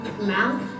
mouth